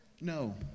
No